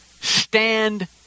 stand